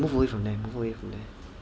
move away from there move away from there